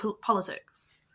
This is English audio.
politics